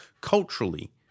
culturally